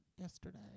yesterday